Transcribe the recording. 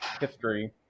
history